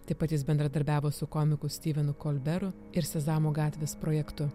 taip pat jis bendradarbiavo su komiku stivenu kolberu ir sezamo gatvės projektu